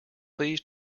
please